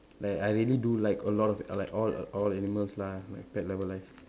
like I really do like a lot of like all all animals lah like pet lover life